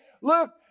look